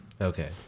Okay